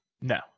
No